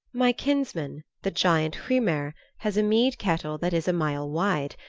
my kinsman, the giant hrymer, has a mead kettle that is a mile wide.